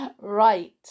right